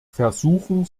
versuchen